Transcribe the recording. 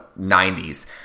90s